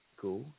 Cool